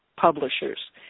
Publishers